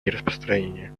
нераспространения